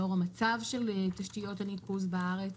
לאור מצב תשתיות הניקוז בארץ,